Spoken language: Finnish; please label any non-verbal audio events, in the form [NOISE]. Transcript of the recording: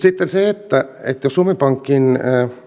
[UNINTELLIGIBLE] sitten jos suomen pankin